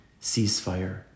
ceasefire